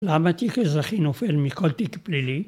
למה תיק אזרחי נופל מכל תיק פלילי?